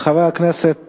חבר הכנסת